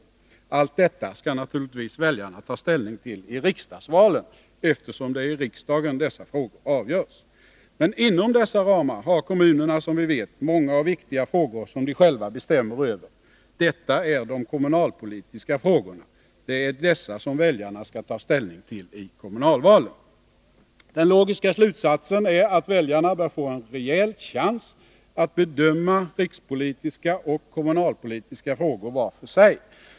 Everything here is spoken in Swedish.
Allt detta skall naturligtvis väljarna ta ställning till i riksdagsvalen, eftersom det är i riksdagen dessa frågor avgörs. Men inom dessa ramar har kommunerna, som vi vet, många och viktiga frågor som de själva bestämmer över. Detta är de kommunalpolitiska frågorna. Det är dessa som väljarna skall ta ställning till i kommunalvalen. Den logiska slutsatsen är att väljarna bör få en rejäl chans att bedöma rikspolitiska och kommunalpolitiska frågor var för sig.